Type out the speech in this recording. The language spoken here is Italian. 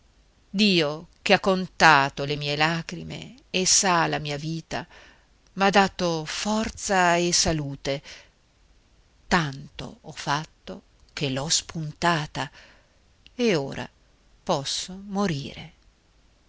dio che ha contato le mie lagrime e sa la vita mia m'ha dato forza e salute tanto ho fatto che l'ho spuntata e ora posso morire